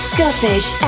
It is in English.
Scottish